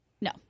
No